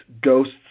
Ghosts